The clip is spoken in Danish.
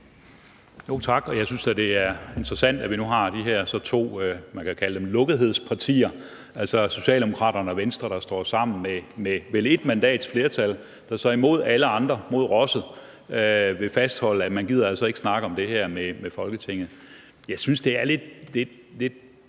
Tak. Jeg synes da, det er interessant, at vi nu har de her to lukkethedspartier, kan man kalde dem, Socialdemokraterne og Venstre, der står sammen med vel et mandats flertal imod alle andre, mod rosset, ved at fastholde, at man altså ikke gider snakke med Folketinget om det her.